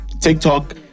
TikTok